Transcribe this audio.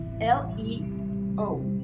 l-e-o